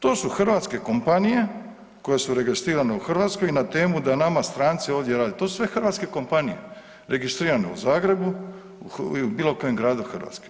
To su hrvatske kompanije koje su registrirane u Hrvatskoj i na temu da nama stranci ovdje rade, to su sve hrvatske kompanije registrirane u Zagrebu i u bilo kojem gradu Hrvatske.